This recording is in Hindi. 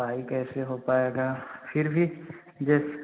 भाई कैसे हो पाएगा फिर भी दे